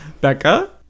becca